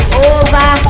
over